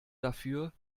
dafür